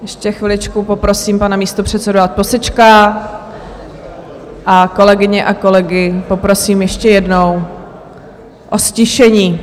Ještě chviličku poprosím pana místopředsedu, ať posečká, a kolegyně a kolegy poprosím ještě jednou o ztišení.